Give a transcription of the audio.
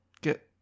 get